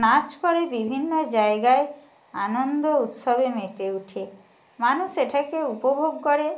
নাচ করে বিভিন্ন জায়গায় আনন্দ উৎসবে মেতে ওঠে মানুষ এটাকে উপভোগ করে